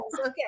Okay